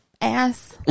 ass